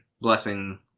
blessing